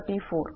934